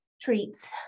treats